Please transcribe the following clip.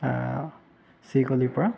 C গলিৰ পৰা